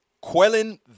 quelling